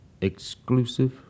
Exclusive